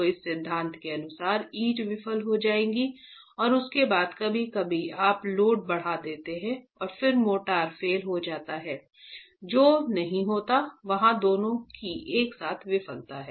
तो इस सिद्धांत के अनुसार ईंट विफल हो जाएगी और उसके बाद कभी कभी आप लोड बढ़ा देते हैं और फिर मोर्टार फेल हो जाता है जो नहीं होता है वहां दोनों की एक साथ विफलता है